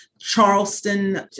Charleston